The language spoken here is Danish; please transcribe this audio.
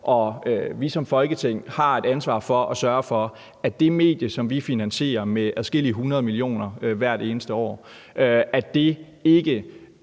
vi som Folketing har et ansvar for at sørge for, at det medie, som vi finansierer med adskillige hundrede millioner kroner hvert eneste år, ikke